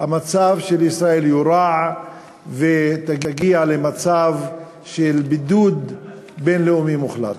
המצב של ישראל יורע והיא תגיע לבידוד בין-לאומי מוחלט.